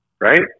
right